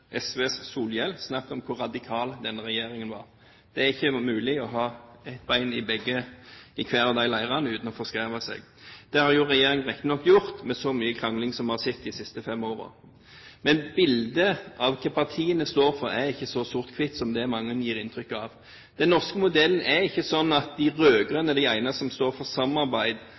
SVs Solhjell om hvor radikal denne regjeringen var. Det er ikke mulig å ha ett ben i hver av disse leirene uten å forskreve seg. Det har jo regjeringen riktignok gjort, med så mye krangling vi har sett de siste fem årene. Men bildet av hva partiene står for, er ikke så sort-hvitt som mange gir inntrykk av. Den norske modellen er ikke sånn at de rød-grønne er de eneste som står for samarbeid